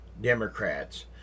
Democrats